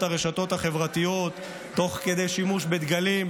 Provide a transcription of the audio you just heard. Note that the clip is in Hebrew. הרשתות החברתיות תוך כדי שימוש בדגלים,